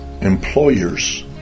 employers